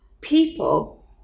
people